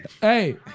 Hey